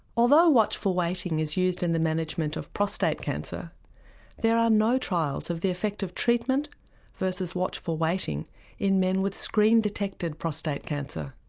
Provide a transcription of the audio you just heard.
although watchful waiting is used in the management of prostate cancer there are no trials of the effect of treatment versus watchful waiting in men with screen-detected prostate cancer.